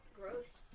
Gross